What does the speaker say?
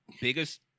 biggest